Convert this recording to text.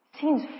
seems